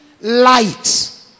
light